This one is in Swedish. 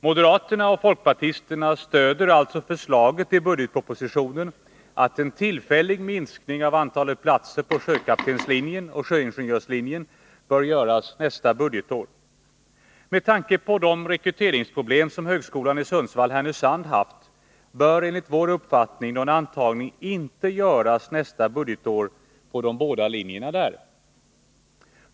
Moderaterna och folkpartisterna stöder alltså förslaget i budgetpropositionen, nämligen att en tillfällig minskning av antalet platser till sjökaptenslin jen och sjöingenjörslinjen bör göras nästa budgetår. Med tanke på de rekryteringsproblem som högskolan i Sundsvall/Härnösand har haft bör enligt vår uppfattning någon antagning inte göras nästa budgetår på de båda linjerna.